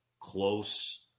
close